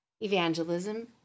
evangelism